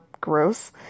gross